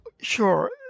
Sure